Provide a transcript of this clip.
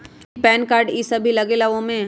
कि PAN card इ सब भी लगेगा वो में?